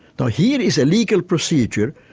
now here is a legal procedure,